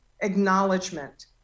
acknowledgement